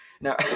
now